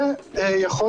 זה יכול